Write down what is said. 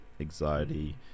anxiety